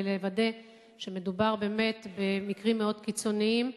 ולוודא שמדובר באמת במקרים מאוד קיצוניים,